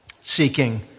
seeking